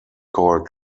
called